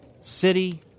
City